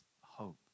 hope